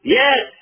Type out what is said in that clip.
yes